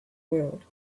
world